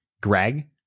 Greg